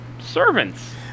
servants